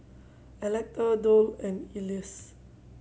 Electa Doll and Elease